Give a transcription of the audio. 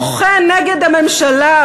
מוחא נגד הממשלה,